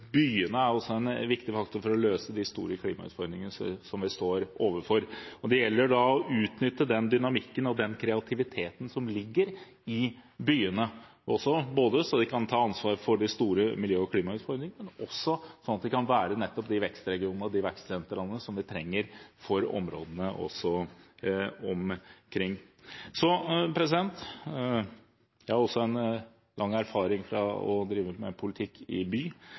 er klart at byene også er en viktig faktor for å løse de store klimautfordringene som vi står overfor. Det gjelder å utnytte den dynamikken og kreativiteten som ligger i byene, så de kan ta ansvar for de store miljø- og klimautfordringene, men også sånn at de kan være nettopp de vekstregionene og vekstsentrene som områdene omkring trenger. Jeg har også lang erfaring fra å drive politikk i by.